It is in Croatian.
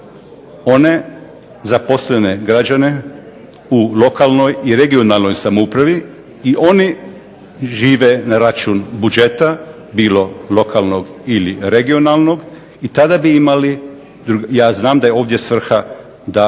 one zaposlene građane u lokalnoj i regionalnoj samoupravi. I oni žive na račun budžeta bilo lokalnog ili regionalnog. Ja znam da je ovdje svrha da